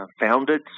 founded